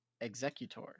executor